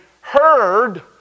heard